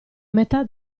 metà